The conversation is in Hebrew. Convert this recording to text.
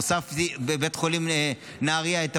הוספתי בבית חולים נהריה את ה-PET-CT.